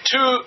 Two